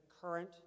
current